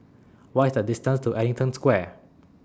What IS The distance to Ellington Square